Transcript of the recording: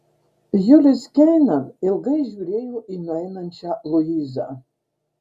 julius keina ilgai žiūrėjo į nueinančią luizą